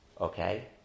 okay